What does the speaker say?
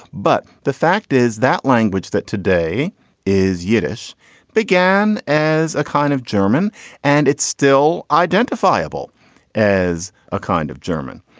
but the fact is that language that today is yiddish began as a kind of german and it's still identifiable as a kind of german.